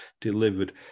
delivered